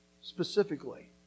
specifically